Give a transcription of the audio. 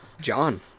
John